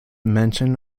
mention